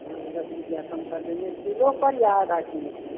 हाँ यह दस रुपये कम कर देंगे किलो पर या आधा किलो